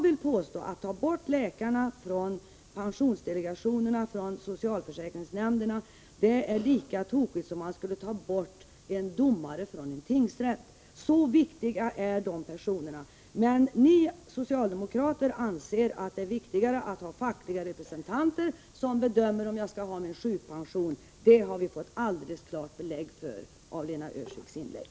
Nej, att ta bort läkarna från pensiondelegationerna och socialförsäkringsnämnderna är lika tokigt som om man skulle ta bort en domare från en tingsrätt. Så viktiga är de personerna. Men ni socialdemokrater anser att det är viktigare att ha fackliga representanter som bedömer om jag skall ha min sjukpension. Det har vi fått alldeles klart belägg för av Lena Öhrsviks inlägg.